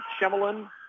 Shemelin